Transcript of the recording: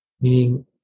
meaning